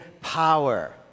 power